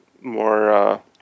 more